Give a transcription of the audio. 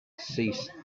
ceased